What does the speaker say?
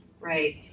Right